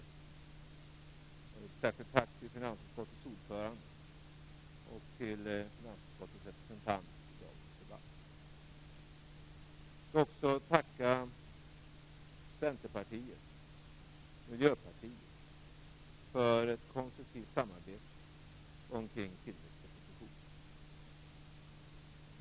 Ett särskilt tack till finansutskottets ordförande och till finansutskottets representant i dagens debatt. Jag skall också tacka Centerpartiet och Miljöpartiet för ett konstruktivt samarbete kring tillväxtpropositionen.